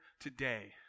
today